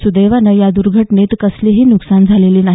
सुदैवाने या दुर्घटनेत कसलेही नुकसान झालेले नाही